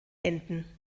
enden